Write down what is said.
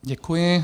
Děkuji.